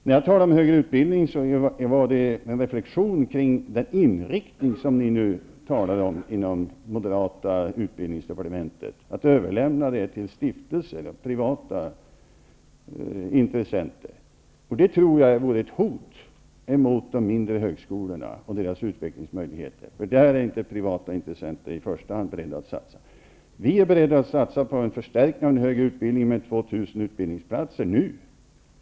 När jag talade om högre utbildning var det med en reflektion kring den inriktning som ni har inom det moderata utbildningsdepartementet. Ni vill överlämna den högre utbildningen till stiftelser eller privata intressenter. Det tror jag vore ett hot mot de mindre högskolorna och deras utvecklingsmöjligheter, för där är det inga privata intressenter som är beredda att satsa. Vi är beredda att satsa på en förstärkning av den högre utbildningen med 2 000 nya utbildningsplatser.